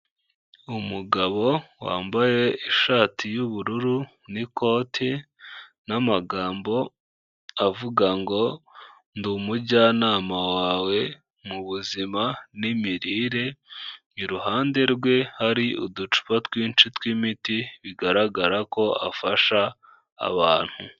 Umugabo wambaye ishati y'ubururu n'ikoti, n'amagambo avuga ngo ndi umujyanama wawe mubuzima n'imirire, iruhande rwe hari uducupa twinshi tw'imiti bigaragara ko afasha abantu.